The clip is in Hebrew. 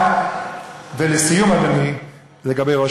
אני רוצה